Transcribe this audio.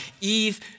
Eve